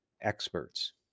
experts